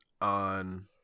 on